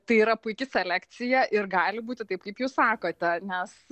tai yra puiki selekcija ir gali būti taip kaip jūs sakote nes